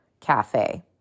cafe